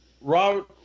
Robert